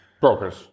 Brokers